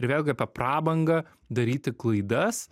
vėlgi apie prabangą daryti klaidas